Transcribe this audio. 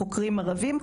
אלא חוקרים ערביים.